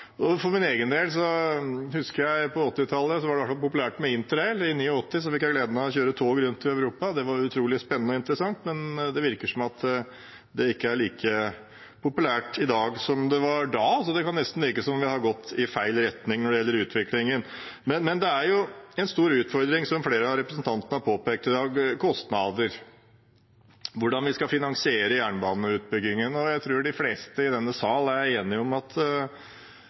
For min egen del husker jeg at det på 1980-tallet i hvert fall var populært med interrail. I 1989 fikk jeg gleden av å kjøre tog rundt i Europa. Det var utrolig spennende og interessant, men det virker som om det ikke er like populært i dag som det var da, så det kan nesten virke som om utviklingen har gått i feil retning. En stor utfordring flere av representantene har pekt på i dag, er kostnader, hvordan vi skal finansiere jernbaneutbyggingen. Jeg tror de fleste i denne sal er enige om at